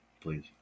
please